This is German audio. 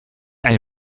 einen